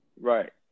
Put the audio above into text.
Right